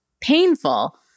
painful